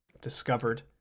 discovered